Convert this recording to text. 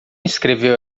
escreveu